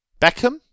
Beckham